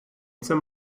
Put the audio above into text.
some